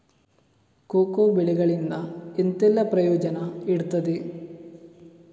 Cocoa ಬೆಳೆಗಳಿಂದ ಎಂತೆಲ್ಲ ಪ್ರಯೋಜನ ಇರ್ತದೆ?